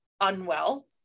unwell